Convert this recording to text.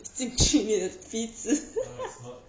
进去你的鼻子